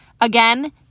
Again